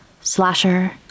slasher